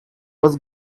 was